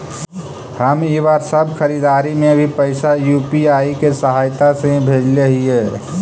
हम इ बार सब खरीदारी में भी पैसा यू.पी.आई के सहायता से ही भेजले हिय